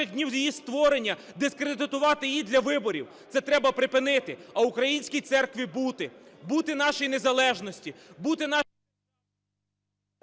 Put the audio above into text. днів її створення дискредитувати її для виборів. Це треба припинити. А українській церкві – бути. Бути нашій незалежності,